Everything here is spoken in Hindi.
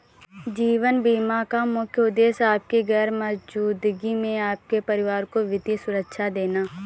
जीवन बीमा का मुख्य उद्देश्य आपकी गैर मौजूदगी में आपके परिवार को वित्तीय सुरक्षा देना